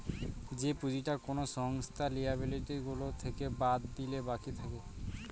যে পুঁজিটা কোনো সংস্থার লিয়াবিলিটি গুলো থেকে বাদ দিলে বাকি থাকে